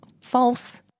false